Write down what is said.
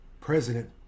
President